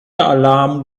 alarm